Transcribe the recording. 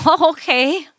Okay